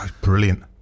Brilliant